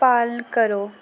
पालन करो